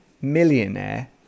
millionaire